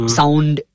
sound